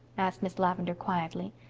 asked miss lavendar quietly.